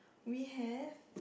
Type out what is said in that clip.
we have